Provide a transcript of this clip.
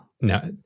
No